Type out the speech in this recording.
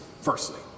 firstly